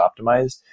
optimized